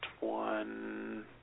one